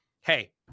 Hey